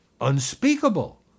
unspeakable